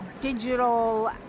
digital